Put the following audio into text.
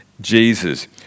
Jesus